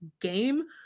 game